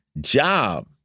job